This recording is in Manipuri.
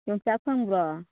ꯌꯣꯡꯆꯥꯛ ꯐꯪꯕ꯭ꯔꯣ